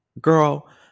Girl